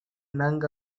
இணங்க